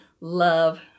love